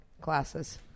classes